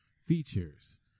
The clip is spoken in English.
features